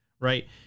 right